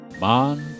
Man